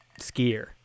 skier